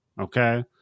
okay